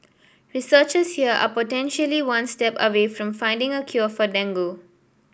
researchers here are potentially one step away from finding a cure for dengue